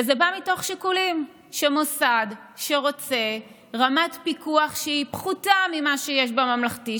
וזה בא מתוך שיקולים שמוסד שרוצה רמת פיקוח שהיא פחותה ממה שיש בממלכתי,